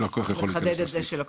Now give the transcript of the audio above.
שלקוח יוכל להיכנס לסניף.